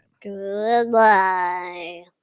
goodbye